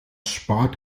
spart